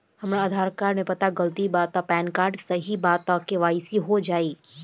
हमरा आधार कार्ड मे पता गलती बा त पैन कार्ड सही बा त के.वाइ.सी हो जायी?